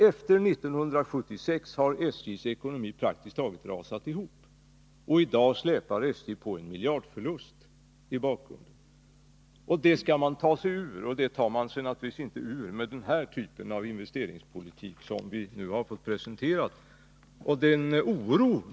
Efter 1976 har SJ:s ekonomi praktiskt taget rasat ihop. I dag släpar SJ på en miljardförlust. Detta läge skall man ta sig ur, och det gör man naturligtvis inte med den typ av investeringspolitik som vi nu fått presenterad.